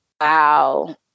wow